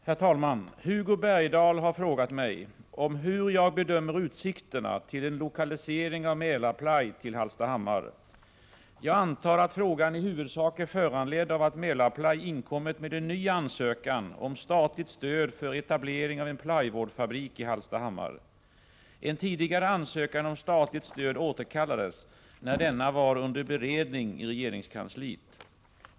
Herr talman! Hugo Bergdahl har frågat mig om hur jag bedömer utsikterna till en lokalisering av Mälarply till Hallstahammar. Jag antar att frågan i huvudsak är föranledd av att Mälarply inkommit med en ny ansökan om statligt stöd för en etablering av en plywoodfabrik i Hallstahammar. En tidigare ansökan om statligt stöd återkallades när denna var under beredning i regeringskansliet.